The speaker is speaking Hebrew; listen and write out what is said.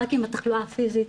רק עם התחלואה הפיזית,